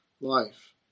life